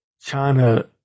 china